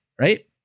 right